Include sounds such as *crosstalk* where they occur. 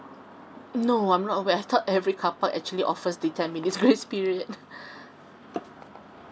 no I'm not aware I thought every carpark actually offers the ten minutes grace *laughs* period